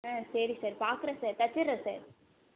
ம் சரி சார் பார்க்குறேன் சார் தைச்சிட்றேன் சார்